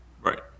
Right